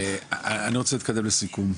רוצה להתקדם לסיכום.